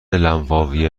لنفاوی